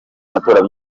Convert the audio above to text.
matora